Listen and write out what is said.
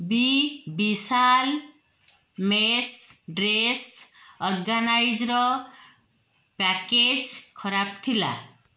ବି Vishal mesh dress organiser package ଖରାପ ଥିଲା